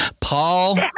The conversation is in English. Paul